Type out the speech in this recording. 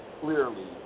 clearly